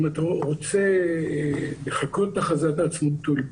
אם אתה רוצה לחקות את הכרזת העצמאות או לא.